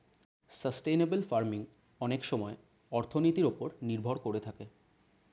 sustainable farming অনেক সময়ে অর্থনীতির ওপর নির্ভর করে থাকে